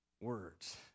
words